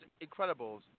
Incredibles